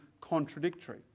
contradictory